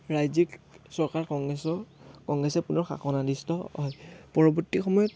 ৰাজ্যিক চৰকাৰ কংগ্ৰেছৰ কংগ্ৰেছে পুনৰ শাসনাধীষ্ঠ হয় পৰৱৰ্তী সময়ত